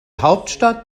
hauptstadt